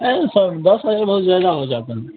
ये सर दस हज़ार बहुत ज़्यादा हो जाता है